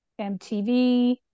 MTV